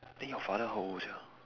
then your father how old sia